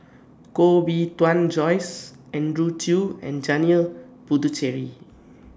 Koh Bee Tuan Joyce Andrew Chew and Janil Puthucheary